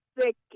thick